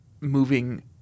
moving